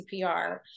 CPR